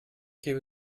gebe